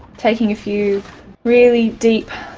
taking a few really deep,